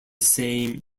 same